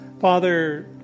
Father